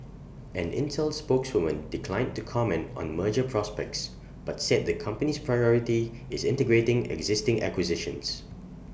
an Intel spokeswoman declined to comment on merger prospects but said the company's priority is integrating existing acquisitions